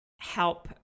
help